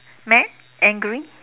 mad angry